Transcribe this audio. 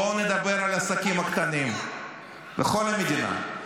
בואו נדבר על העסקים הקטנים בכל המדינה: